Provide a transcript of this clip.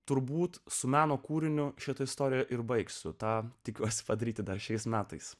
turbūt su meno kūriniu šitą istoriją ir baigsiu tą tikiuosi padaryti dar šiais metais